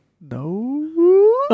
No